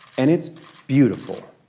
and it's beautiful.